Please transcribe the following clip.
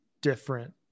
different